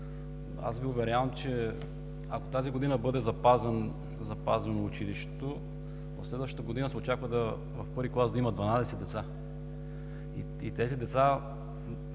Аз Ви уверявам, че ако тази година бъде запазено училището, следващата година се очаква в I клас да има 12 деца, и тези деца